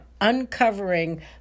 uncovering